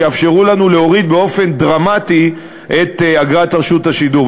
שיאפשרו לנו להוריד באופן דרמטי את אגרת רשות השידור.